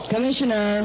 Commissioner